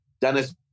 Dennis